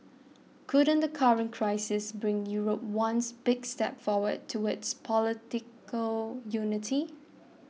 couldn't the current crisis bring Europe ones big step forward towards political unity